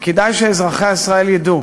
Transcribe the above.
וכדאי שאזרחי ישראל ידעו